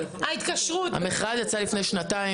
המכרז יצא לפני שנתיים,